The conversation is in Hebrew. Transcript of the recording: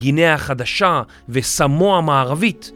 גיניאה החדשה וסמואה המערבית